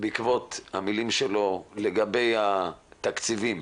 בעקבות המילים שלו לגבי התקציבים,